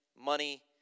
money